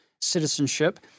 citizenship